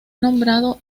nombrado